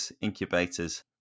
incubators